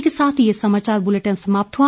इसी के साथ ये समाचार बुलेटिन समाप्त हुआ